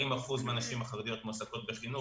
40% מהנשים החרדיות מועסקות בחינוך